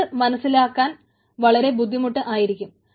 അത് മനസ്സിലാക്കാൻ വളരെ ബുദ്ധിമുട്ട് ആയിരിക്കും